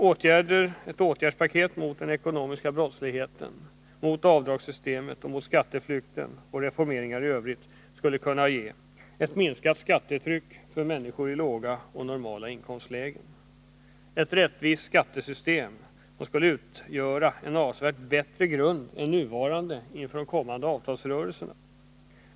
Ett paket med åtgärder mot den ekonomiska brottsligheten, mot avdragssystemet och mot skatteflykten och reformeringar i övrigt skulle kunna ge ett minskat skattetryck för människor i låga och normala inkomstlägen och ett rättvist skattesystem, som skulle utgöra en avsevärt bättre grund än nuvarande inför den kommande avtalsrörelsen.